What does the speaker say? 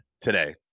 today